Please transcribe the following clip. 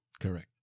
Correct